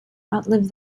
outlive